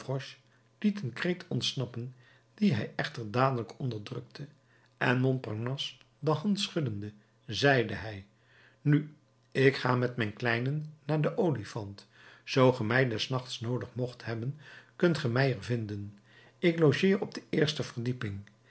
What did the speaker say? een kreet ontsnappen dien hij echter dadelijk onderdrukte en montparnasse de hand schuddende zeide hij nu ik ga met mijn kleinen naar den olifant zoo ge mij des nachts noodig mocht hebben kunt ge mij er vinden ik logeer op de eerste verdieping